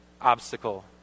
obstacle